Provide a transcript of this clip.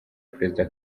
perezida